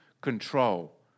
control